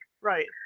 right